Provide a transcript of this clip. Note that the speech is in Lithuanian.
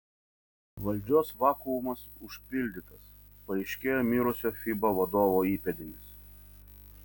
valdžios vakuumas užpildytas paaiškėjo mirusio fiba vadovo įpėdinis